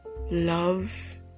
Love